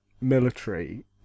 military